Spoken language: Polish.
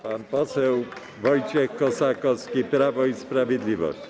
Pan poseł Wojciech Kossakowski, Prawo i Sprawiedliwość.